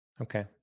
Okay